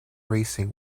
racing